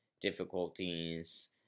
difficulties